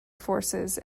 forces